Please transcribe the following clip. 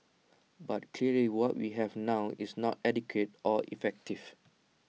but clearly what we have now is not adequate or effective